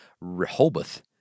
Rehoboth